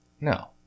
No